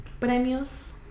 premios